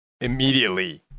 immediately